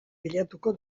bilatuko